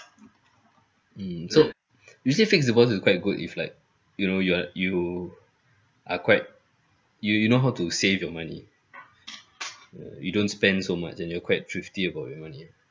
mm so usually fixed deposit is quite good if like you know you are you are quite you you know how to save your money you don't spend so much and you're quite thrifty about your money